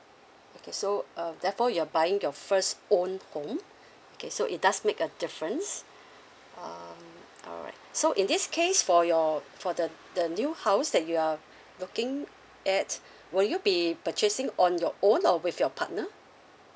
okay so uh therefore you're buying your first own home okay so it does make a difference um alright so in this case for your for the the new house that you are looking at will you be purchasing on your own or with your partner